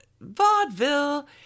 vaudeville